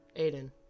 Aiden